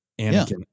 Anakin